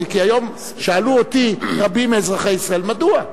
כי היום שאלו אותי רבים מאזרחי ישראל מדוע.